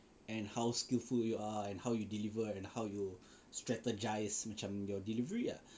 and how skillful you are and how you deliver and how you strategize macam your delivery ah